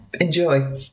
enjoy